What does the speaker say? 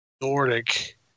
Nordic